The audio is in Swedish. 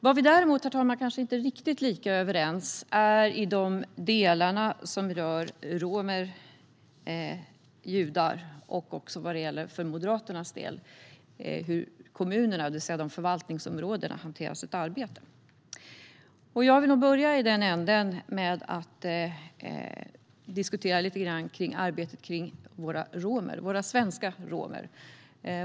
Vad vi däremot kanske inte är riktigt lika överens om rör de delar som handlar om romer och judar och, för Moderaternas del, hur kommunerna, förvaltningsområdena, hanterar sitt arbete. Jag vill börja i den änden och diskutera arbetet kring de svenska romerna.